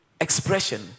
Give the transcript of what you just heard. expression